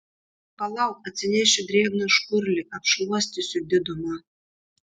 palauk atsinešiu drėgną škurlį apšluostysiu didumą